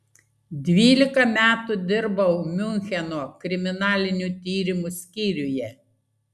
dvylika metų dirbau miuncheno kriminalinių tyrimų skyriuje